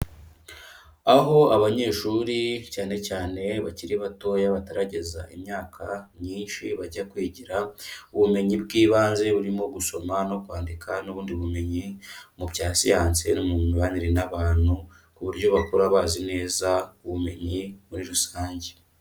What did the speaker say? Aho abanyeshuri, cyane cyane bakiri batoya batarageza imyaka myinshi bajya kwigira, ubumenyi bw'ibanze burimo gusoma no kwandika n'ubundi bumenyi mu bya siyanse no mu mibanire n'abantu, ku buryo bakura bazi neza ubumenyi muri rusange.